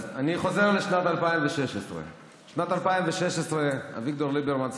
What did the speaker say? אז אני חוזר לשנת 2016. בשנת 2016 אביגדור ליברמן,